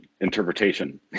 interpretation